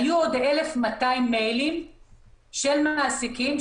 היו עוד 1,200 מיילים של מעסיקים,